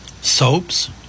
soaps